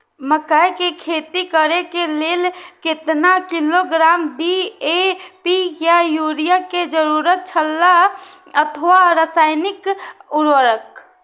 मकैय के खेती करे के लेल केतना किलोग्राम डी.ए.पी या युरिया के जरूरत छला अथवा रसायनिक उर्वरक?